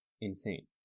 Insane